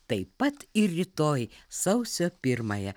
taip pat ir rytoj sausio pirmąją